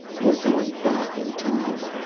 we're going back in time.